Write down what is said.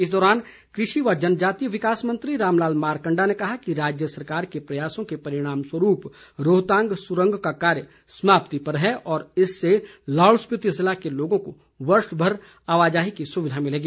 इस दौरान कृषि व जनजातीय विकास मंत्री रामलाल मारंकडा ने कहा कि राज्य सरकार के प्रयासों के परिणामस्वरूप रोहतांग सुरंग का कार्य समाप्ति पर है और इससे लाहौल स्पीति जिले के लोगों को वर्षमर आवाजाही की सुविधा मिलेगी